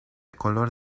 color